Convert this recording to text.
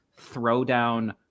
throwdown